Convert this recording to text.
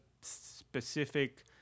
specific